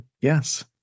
Yes